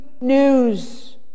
news